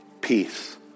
peace